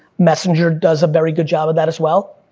messenger does a very good job of that, as well.